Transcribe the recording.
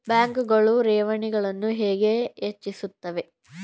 ಬ್ಯಾಂಕುಗಳು ಠೇವಣಿಗಳನ್ನು ಹೇಗೆ ಹೆಚ್ಚಿಸುತ್ತವೆ?